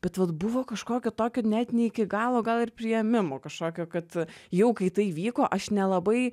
bet vat buvo kažkokio tokio net ne iki galo gal ir priėmimo kažkokio kad jau kai tai įvyko aš nelabai